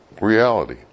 reality